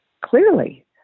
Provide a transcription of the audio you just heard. clearly